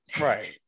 Right